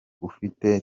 ufite